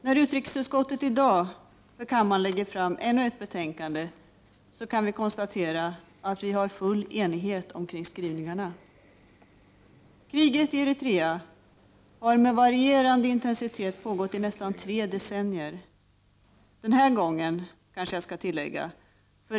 När utrikesutskottet för kammaren i dag lägger fram ännu ett betänkande, kan vi konstatera att det råder full enighet Kriget i Eritrea har med varierande intensitet pågått i nästan tre decennier — den här gången, kanske jag skall tillägga.